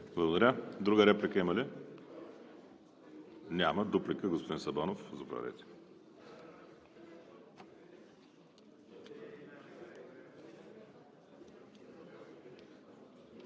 Благодаря. Друга реплика има ли? Няма. Дуплика – господин Сабанов, заповядайте.